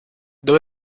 dove